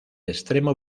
extremo